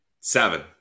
Seven